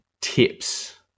tips